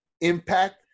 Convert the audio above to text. impact